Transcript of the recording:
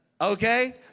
okay